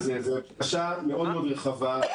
זאת בקשה רחבה מאוד,